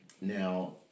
Now